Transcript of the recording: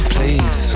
Please